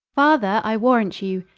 father, i warrant you,